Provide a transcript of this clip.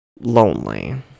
lonely